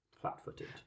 flat-footed